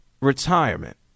Retirement